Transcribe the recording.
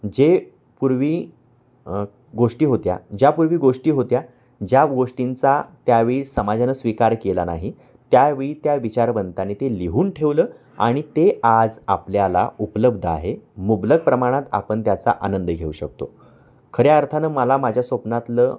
जे पूर्वी गोष्टी होत्या ज्यापूर्वी गोष्टी होत्या ज्या गोष्टींचा त्यावेळी समाजानं स्वीकार केला नाही त्यावेळी त्या विचारवंताने ते लिहून ठेवलं आणि ते आज आपल्याला उपलब्ध आहे मुबलक प्रमाणात आपण त्याचा आनंद घेऊ शकतो खऱ्या अर्थानं मला माझ्या स्वप्नातलं